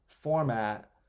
format